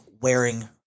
wearing